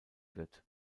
wird